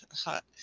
hot